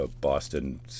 Boston